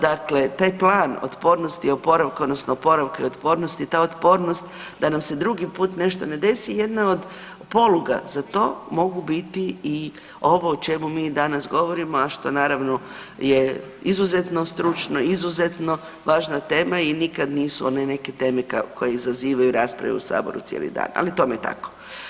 Dakle, taj plan otpornosti i oporavka, odnosno oporavka i otpornosti, ta otpornost, da nam se drugi put nešto ne desi, jedna od poluga za to mogu biti i ovo o čemu mi danas govorimo, a što naravno je izuzetno stručno, izuzetno važna tema i nikad nisu one neke teme koje izazivaju rasprave u Saboru cijeli dan, ali tome je tako.